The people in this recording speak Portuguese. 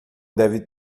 deve